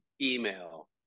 email